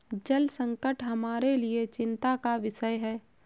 जल संकट हमारे लिए एक चिंता का विषय है